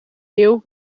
eeuw